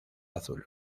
azul